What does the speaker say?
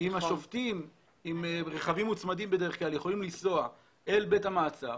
אם השופטים עם רכבים מוצמדים בדרך כלל יכולים לנסוע אל בית המעצר